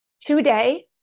today